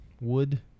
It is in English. wood